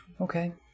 Okay